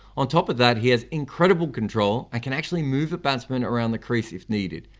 on top of that he has incredible control and can actually move a batsman around the crease if needed.